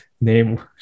name